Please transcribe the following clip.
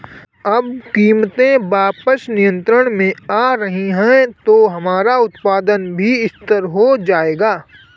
अब कीमतें वापस नियंत्रण में आ रही हैं तो हमारा उत्पादन भी स्थिर हो जाएगा